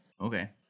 Okay